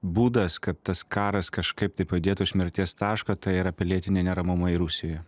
būdas kad tas karas kažkaip tai pajudėtų iš mirties taško tai yra pilietiniai neramumai rusijoje